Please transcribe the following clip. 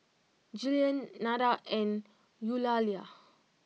Jillian Nada and Eulalia